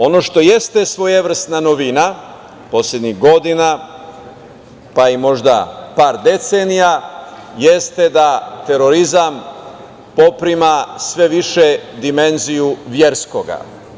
Ono što jeste svojevrsna novina poslednjih godina, pa možda i par decenija jeste da terorizam poprima sve više dimenziju verskoga.